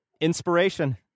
inspiration